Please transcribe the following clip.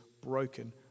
broken